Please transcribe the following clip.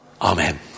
Amen